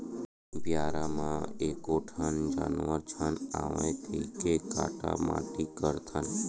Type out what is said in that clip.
बियारा म एको ठन जानवर झन आवय कहिके काटा माटी करथन